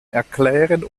erklären